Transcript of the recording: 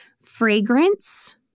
fragrance